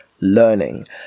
learning